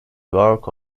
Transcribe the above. work